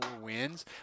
wins